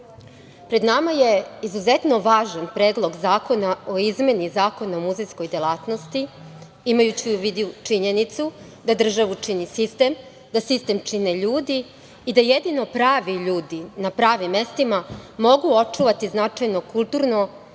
nama je izuzetno važan predlog zakona o izmeni Zakona o muzejskoj delatnosti, imajući u vidu činjenicu, da državu čini sistem, a da sistem čine ljudi, i da jedino pravi ljudi na pravim mestima mogu očuvati značajno kulturno